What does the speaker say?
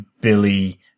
Billy